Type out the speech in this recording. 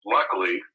Luckily